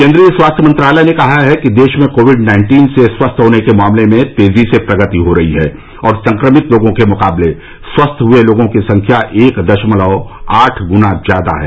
केन्द्रीय स्वास्थ्य मंत्रालय ने कहा है कि देश में कोविड नाइन्टीन से स्वस्थ होने के मामले में तेजी से प्रगति हो रही है और संक्रमित लोगों के मुकाबले स्वस्थ हुए लोगों की संख्या एक दशमलव आठ गुना ज्यादा हैं